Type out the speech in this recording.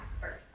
first